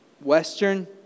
Western